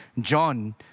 John